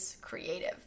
creative